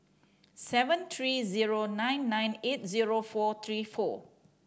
seven three zero nine nine eight zero four three four